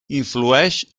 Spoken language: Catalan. influeix